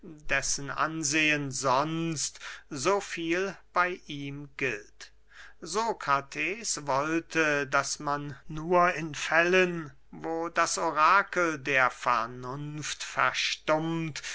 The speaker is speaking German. dessen ansehen sonst so viel bey ihm gilt sokrates wollte daß man nur in fällen wo das orakel der vernunft verstummt